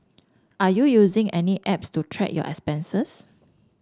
are you using any apps to track your expenses